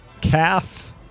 calf